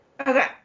Okay